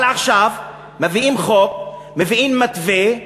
אבל עכשיו מביאים חוק, מביאים מתווה,